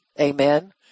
Amen